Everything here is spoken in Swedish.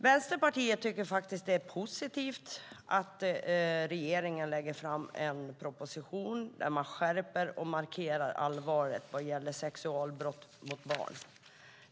Vänsterpartiet tycker att det är positivt att regeringen lägger fram en proposition där man skärper och markerar allvaret vad gäller sexualbrott mot barn.